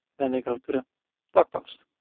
then they go to the blog post.